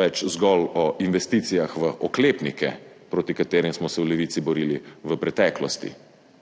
več zgolj o investicijah v oklepnike, proti katerim smo se v Levici borili v preteklosti,